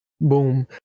Boom